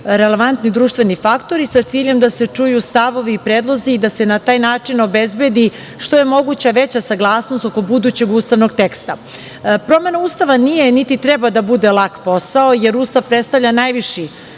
relevantni društveni faktori sa ciljem da se čuju stavovi i predlozi i da se na taj način obezbedi što je moguća veća saglasnost oko budućeg ustavnog teksta. Promena Ustava nije, niti treba da bude lak posao, jer Ustav predstavlja najviši